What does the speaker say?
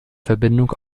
verbindung